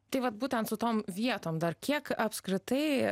tai vat būtent su tom vietom dar kiek apskritai